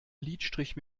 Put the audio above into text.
lidstrich